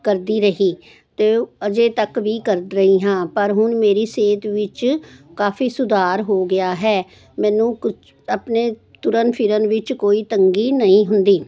ਰਹੀ ਤੇ ਅਜੇ ਤੱਕ ਵੀ ਕਰਦੀ ਹਾਂ ਪਰ ਹੁਣ ਮੇਰੀ ਸਿਹਤ ਵਿੱਚ ਕਾਫੀ ਸੁਧਾਰ ਹੋ ਗਿਆ ਹੈ ਮੈਨੂੰ ਆਪਣੇ ਤੁਰਨ ਫਿਰਨ ਵਿੱਚ ਕੋਈ ਤੰਗੀ ਨਹੀਂ ਹੁੰਦੀ